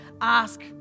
ask